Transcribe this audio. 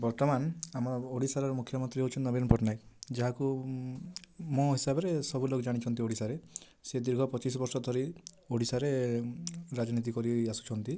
ବର୍ତ୍ତମାନ ଆମ ଓଡ଼ିଶାର ମୁଖ୍ୟମନ୍ତ୍ରୀ ହେଉଛନ୍ତି ନବୀନ ପଟ୍ଟନାୟକ ଯାହାକୁ ମୋ ହିସାବରେ ସବୁ ଲୋକ ଜାଣିଛନ୍ତି ଓଡ଼ିଶାରେ ସେ ଦୀର୍ଘ ପଚିଶ ବର୍ଷ ଧରି ଓଡ଼ିଶାରେ ରାଜନୀତି କରି ଆସୁଛନ୍ତି